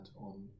on